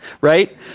right